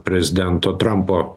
prezidento trampo